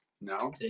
No